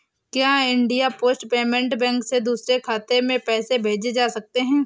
क्या India post payment bank से दूसरे खाते में पैसे भेजे जा सकते हैं?